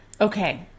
Okay